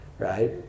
right